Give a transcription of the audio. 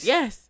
Yes